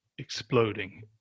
exploding